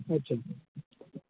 अच्छा